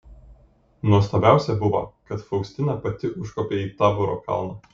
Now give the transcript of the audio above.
nuostabiausia buvo kad faustina pati užkopė į taboro kalną